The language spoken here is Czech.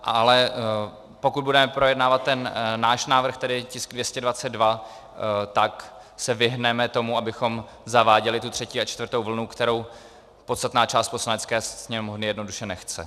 Ale pokud budeme projednávat ten náš návrh, tedy tisk 222, tak se vyhneme tomu, abychom zaváděli tu třetí a čtvrtou vlnu, kterou podstatná část Poslanecké sněmovny jednoduše nechce.